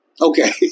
Okay